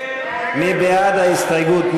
מי בעד ההסתייגות?